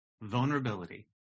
Vulnerability